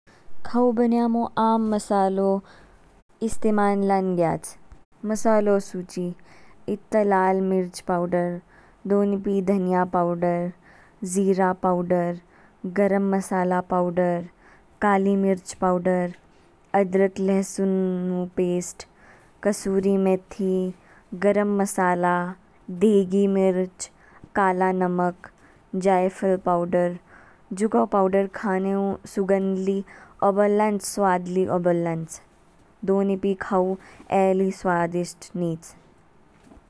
खाऊ बन्यामो आम मसालों इस्तेमाल लान ग्याच। मसालों सूची, ईद ता लाल मिर्च पाउडर, दो निपी धनिया पाउडर, ज़ीरा पाउडर, गर्म मसाला पाउडर, काली मिर्च पाउडर, अदरक लेहसुनु पेस्ट, कसूरी मेथी, गरम मसाला, देगी मिर्च, काला नमक, जायफल पाउडर। जुगों पाउडर खानेऊ सुगंध लीओबोल लांच, स्वाद ली ओबोल लांच। दो निपी खाऊ ए ली स्वादिष्ट नीच।